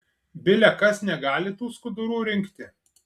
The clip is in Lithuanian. bile kas negali tų skudurų rinkti